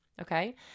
Okay